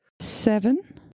Seven